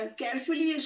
carefully